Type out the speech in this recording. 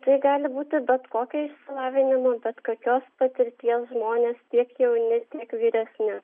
tai gali būti bet kokio išsilavinimo bet kokios patirties žmonės tiek jaunesni tiek vyresni